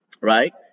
right